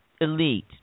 elite